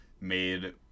made